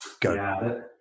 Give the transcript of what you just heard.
Go